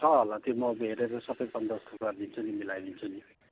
छ होला त्यो म हेरेर सबै बन्दोबस्त गरिदिन्छु नि मिलाइदिन्छु नि